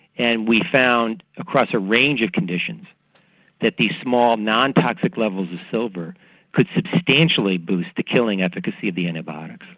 and we found across a range of conditions that these small non-toxic levels of silver could substantially boost the killing efficacy of the antibiotics.